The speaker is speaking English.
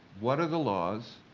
what are the laws,